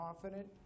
confident